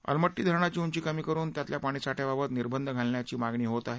अलमट्टी धरणाची उंची कमी करून त्यातल्या पाणीसाठ्याबाबत निर्बंध घालण्याची मागणी होत आहे